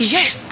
Yes